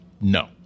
No